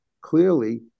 clearly